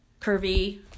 curvy